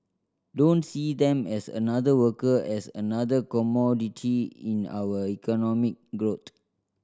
don't see them as another worker as another commodity in our economic growth